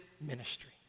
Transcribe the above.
ministry